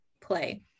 play